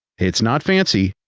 it's not fancy,